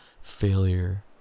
failure